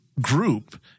group